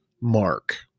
Mark